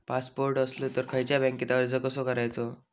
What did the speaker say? Passport असलो तर खयच्या बँकेत अर्ज कसो करायचो?